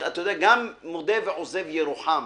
אתה יודע, גם מודה ועוזב ירוחם.